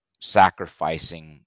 sacrificing